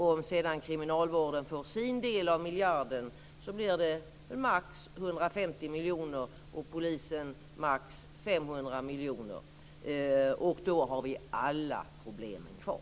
Om kriminalvården sedan får sin del av miljarden blir det väl maximalt 150 miljoner och för polisen maximalt 500 miljoner. Då har vi alla problemen kvar.